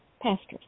pastors